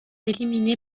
éliminé